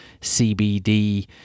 cbd